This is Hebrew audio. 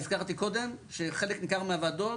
הזכרתי קודם שחלק ניכר מהוועדות,